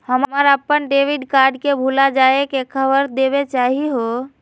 हम अप्पन debit card के भुला जाये के खबर देवे चाहे हियो